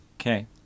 Okay